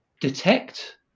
detect